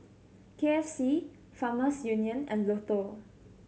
K F C Farmers Union and Lotto